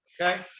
okay